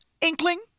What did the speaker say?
Inkling